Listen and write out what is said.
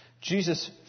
Jesus